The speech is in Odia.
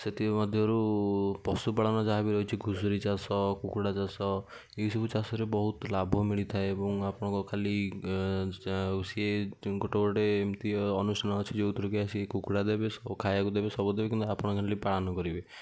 ସେଥିମଧ୍ୟରୁ ପଶୁପାଳନ ଯାହା ବି ରହିଚି ଘୁଷୁରୀ ଚାଷ କୁକୁଡ଼ା ଚାଷ ଏଇ ସବୁ ଚାଷରେ ବହୁତ ଲାଭ ମିଳିଥାଏ ଏବଂ ଆପଣଙ୍କ ଖାଲି ଆଉ ସିଏ ଗୋଟେ ଗୋଟେ ଏମିତି ଅନୁଷ୍ଠାନ ଅଛି ଯେଉଁଥିରୁକି ଆସିକି କୁକୁଡ଼ା ଦେବେ ସବୁ ଖାଇବାକୁ ଦେବେ ସବୁ ଦେବେ କିନ୍ତୁ ଆପଣ ଖାଲି ପାଳନ କରିବେ